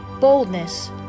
boldness